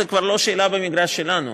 זאת כבר לא שאלה במגרש שלנו.